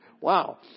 Wow